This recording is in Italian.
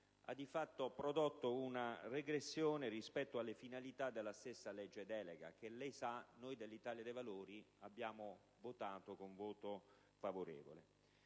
ha, di fatto, prodotto una regressione rispetto alle finalità della stessa legge delega nella quale, come lei sa, noi dell'Italia dei Valori abbiamo votato favorevolmente.